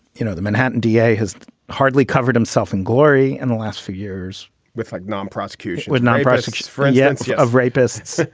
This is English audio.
you know, the manhattan d a. has hardly covered himself in glory in and the last few years with like non-prosecution, would not prosecute for against yeah of rapists,